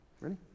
ready